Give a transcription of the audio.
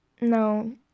No